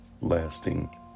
lasting